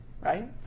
right